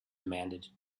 demanded